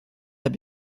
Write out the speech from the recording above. habe